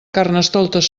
carnestoltes